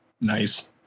Nice